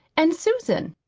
and, susan!